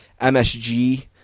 MSG